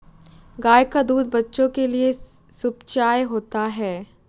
गाय का दूध बच्चों के लिए सुपाच्य होता है